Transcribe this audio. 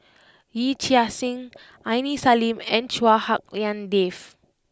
Yee Chia Hsing Aini Salim and Chua Hak Lien Dave